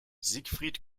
siegfried